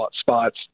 spots